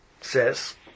says